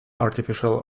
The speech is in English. artificial